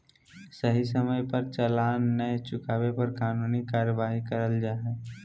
सही समय पर चालान नय चुकावे पर कानूनी कार्यवाही करल जा हय